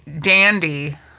Dandy